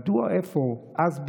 מדוע אפוא אז,